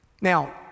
Now